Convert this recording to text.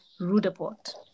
rudaport